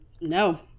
no